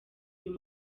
uyu